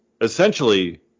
essentially